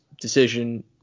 decision